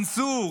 אנסו,